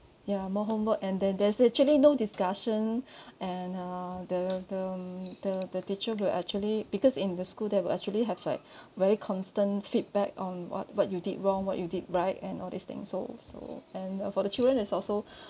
ya more homework and then there's actually no discussion and uh the the um the the teacher will actually because in the school they will actually have like very constant feedback on what what you did wrong what you did right and all this thing so so and uh for the children it's also